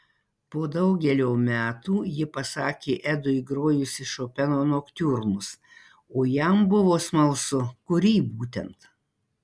po daugelio metų ji pasakė edui grojusi šopeno noktiurnus o jam buvo smalsu kurį būtent